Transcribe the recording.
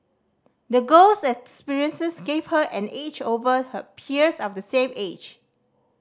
the girl's experiences gave her an edge over her peers of the same age